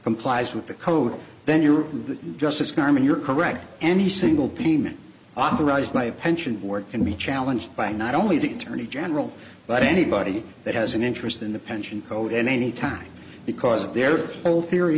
complies with the code then europe and the justice carmen you're correct any single payment authorized by a pension board can be challenged by not only the attorney general but anybody that has an interest in the pension code at any time because their whole theory